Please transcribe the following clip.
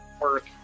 work